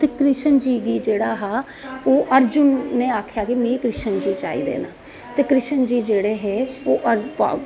कृष्ण जी गी जेहड़ा हा अर्जुण ने आक्खया कि में कृष्ण जी चाहिदे न ते कृष्ण जी जेहडे़ हे ओह्